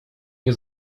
nie